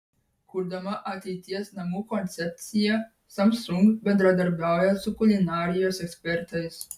kurdama ateities namų koncepciją samsung bendradarbiauja su kulinarijos ekspertais